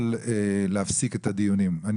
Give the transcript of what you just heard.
יכול להפסיק את הדיונים.